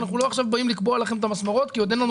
אנחנו לא באים עכשיו לקבוע לכם את המסמרות כי עוד אין לנו